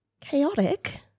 chaotic